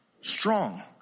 strong